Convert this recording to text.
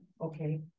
Okay